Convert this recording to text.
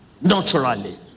naturally